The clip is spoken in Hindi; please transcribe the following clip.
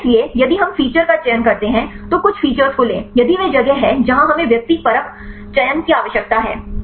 इसलिए यदि हम फीचर का चयन करते हैं तो कुछ फीचर को लें यही वह जगह है जहाँ हमें व्यक्तिपरक चयन की आवश्यकता है